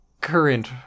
current